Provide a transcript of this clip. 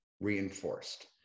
reinforced